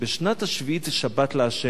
שבשנת השביעית זה שבת לה'.